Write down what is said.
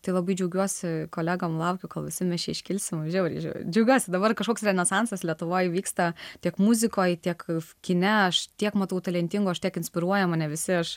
tai labai džiaugiuosi kolegom laukiu kol visi iškilsim žiauriai džiaugiuosi dabar kažkoks renesansas lietuvoj vyksta tiek muzikoj tiek kine aš tiek matau talentingų aš tiek inspiruoja mane visi aš